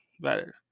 better